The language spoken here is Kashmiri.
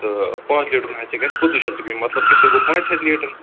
تہٕ پانٛژٕ لیٖٹرُن حظ گژھِ پٍنٛژہ شتھ رۄپیہِ مطلب گژھِ گوٚو پانٛژِ ہَتہِ لیٖٹر